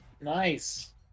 Nice